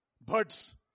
birds